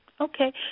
Okay